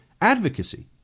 advocacy